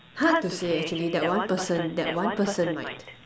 hard to say actually that one person that one person might